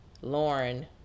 Lauren